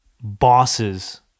bosses